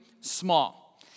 Small